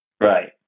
Right